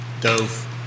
Dove